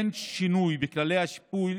אין שינוי בכללי השיפוי